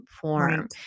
form